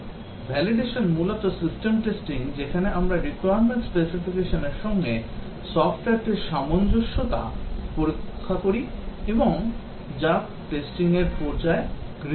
Validation মূলত system testing যেখানে আমরা requirement specification এর সঙ্গে সফ্টওয়্যারটির সামঞ্জস্যতা পরীক্ষা করি এবং যা testing র পর্যায়ে গৃহীত হয়